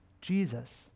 jesus